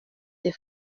des